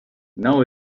now